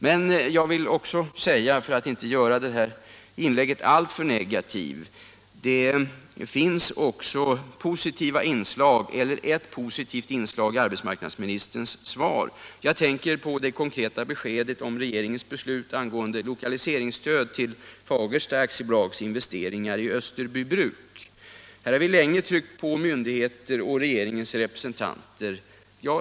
Men jag vill också säga, för att inte göra detta inlägg alltför negativt, att det finns ett positivt inslag i arbetsmarknadsministerns svar. Jag tänker på det konkreta beskedet om regeringens beslut angående lokaliseringsstöd till Fagersta AB:s investeringar i Österbybruk . Här har vi länge tryckt på myndigheter och regeringens representanter.